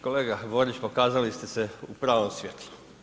Kolega Borić, pokazali ste se u pravom svjetlu.